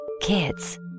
Kids